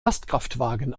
lastkraftwagen